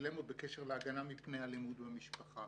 דילמות בקשר להגנה מפני אלימות במשפחה.